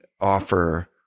offer